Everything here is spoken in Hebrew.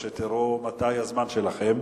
כדי שתראו מתי הזמן שלכם.